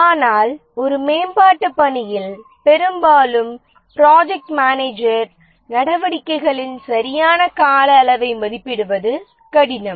ஆனால் ஒரு மேம்பாட்டுப் பணியில் பெரும்பாலும் ப்ராஜெக்ட் மேனேஜர் நடவடிக்கைகளின் சரியான கால அளவை மதிப்பிடுவது கடினம்